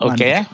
Okay